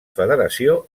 federació